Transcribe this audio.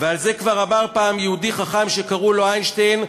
ועל זה כבר אמר פעם יהודי חכם שקראו לו איינשטיין: